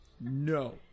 No